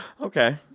Okay